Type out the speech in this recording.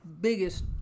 biggest